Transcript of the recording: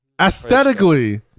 aesthetically